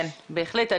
בהחלט.